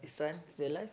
his son still alive